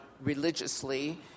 religiously